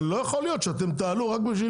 אבל לא יכול להיות שאתם תגבו רק בשביל